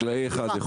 אדוני היושב-ראש,